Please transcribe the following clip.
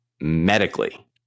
medically